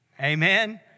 Amen